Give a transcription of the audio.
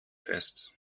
fest